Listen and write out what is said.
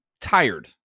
tired